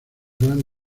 gran